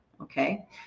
okay